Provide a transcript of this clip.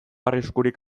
arriskurik